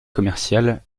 commercial